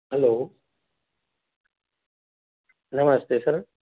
hello नमस्ते sir